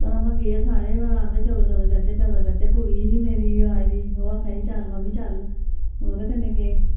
पर अमां गे सारे बाऽ आखदे चलो चलचै चलो चलचै कुड़ी ही मेरी आए दी ओह् आखा दी ही चल मम्मी चल ओह्दे कन्नै गे